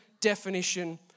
definition